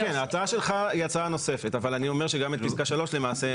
ההצעה שלך היא הצעה נוספת אבל אני אומר שגם את פסקה (3) למעשה,